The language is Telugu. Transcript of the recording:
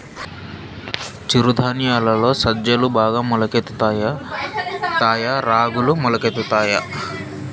చిరు ధాన్యాలలో సజ్జలు బాగా మొలకెత్తుతాయా తాయా రాగులు మొలకెత్తుతాయా